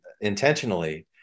intentionally